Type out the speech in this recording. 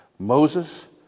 Moses